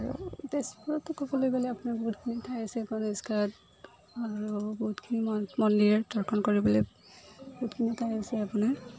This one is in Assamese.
আৰু তেজপুৰতো ক'বলৈ গ'লে আপোনাৰ বহুতখিনি ঠাই আছে গণেশ ঘাট আৰু বহুতখিনি মঠ মন্দিৰ দৰ্শন কৰিবলৈ বহুতখিনি ঠাই আছে আপোনাৰ